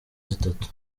zitatu